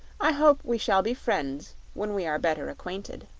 i hope we shall be friends when we are better acquainted.